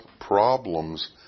problems